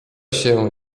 się